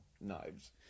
knives